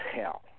hell